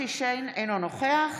אינו נוכח